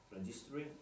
registering